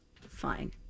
Fine